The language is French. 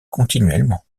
continuellement